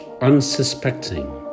unsuspecting